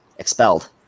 expelled